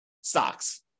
stocks